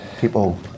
people